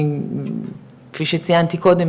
כפי שציינתי קודם,